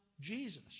Jesus